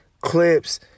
clips